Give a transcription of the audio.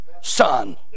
Son